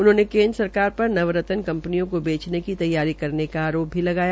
उनहोंने केन्द्र सरकार पर नवरतन कंपतिनयों को बेचने की तैयारी करने का आरोप लगाया